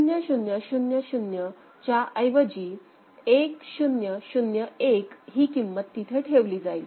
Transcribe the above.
0000 च्या ऐवजी 1 0 0 1 ही किंमत तिथे ठेवली जाईल